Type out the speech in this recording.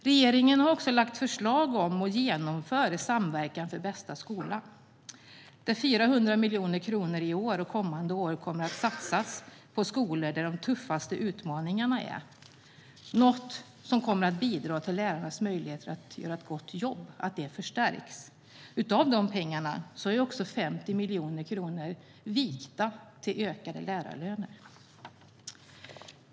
Regeringen har också lagt förslag om och genomför i samverkan för bästa skola där 400 miljoner kronor i år och kommande år satsas på de skolor där de tuffaste utmaningarna finns, något som kommer att bidra till att lärarnas möjligheter att göra ett gott jobb förstärks. Av dessa pengar är också 50 miljoner kronor vikta för ökade lärarlöner.